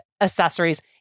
accessories